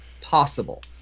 possible